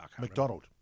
McDonald